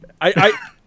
I-